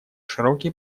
широкие